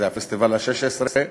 זה הפסטיבל ה-16,